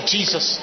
Jesus